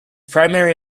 primary